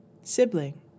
sibling